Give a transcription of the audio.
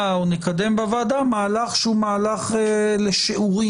או נקדם בוועדה מהלך שהוא מהלך לשיעורין.